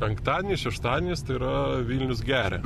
penktadienis šeštadienis tai yra vilnius geria